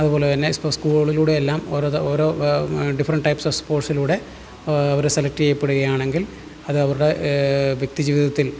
അതുപോലെ തന്നെ ഇപ്പോൾ സ്കൂളിലൂടെയെല്ലാം ഓരോ ത ഓരോ ഡിഫറൻറ്റ് ടൈപ്പ്സ് ഓഫ് സ്പോർട്സിലൂടെ അവര് സെലക്റ്റ് ചെയ്യപ്പെടുകയാണെങ്കിൽ അത് അവരുടെ വ്യക്തിജീവിതത്തിൽ